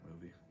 movie